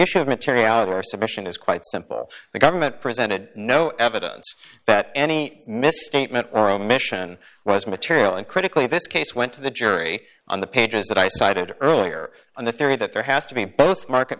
issue of metairie our submission is quite simple the government presented no evidence that any misstatement or omission was material and critically this case went to the jury on the pages that i cited earlier on the theory that there has to be both market